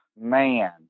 man